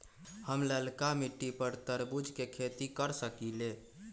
हम लालका मिट्टी पर तरबूज के खेती कर सकीले?